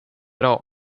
bra